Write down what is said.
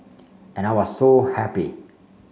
and I was so happy